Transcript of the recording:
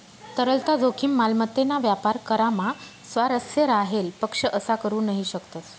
तरलता जोखीम, मालमत्तेना व्यापार करामा स्वारस्य राहेल पक्ष असा करू नही शकतस